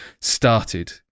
started